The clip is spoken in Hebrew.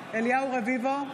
רביבו,